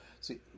See